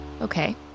Okay